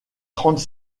trente